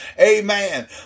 Amen